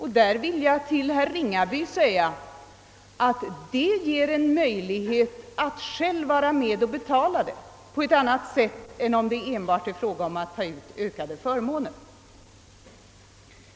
Här vill jag till herr Ringaby säga att en sådan sammankoppling ger den enskilde möjlighet att själv vara med och betala på ett annat sätt än när det enbart är fråga om att ta ut ökade förmåner.